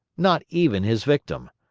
not even his victim!